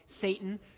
Satan